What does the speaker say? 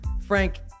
Frank